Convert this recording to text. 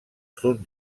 sud